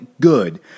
good